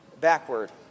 backward